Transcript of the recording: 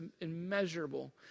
immeasurable